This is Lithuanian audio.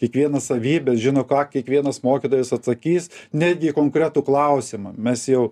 kiekvienas savybes žino ką kiekvienas mokytojas atsakys netgi į konkretų klausimą mes jau